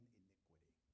iniquity